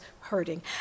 hurting